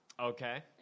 Okay